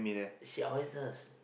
she always does